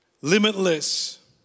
Limitless